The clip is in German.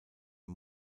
der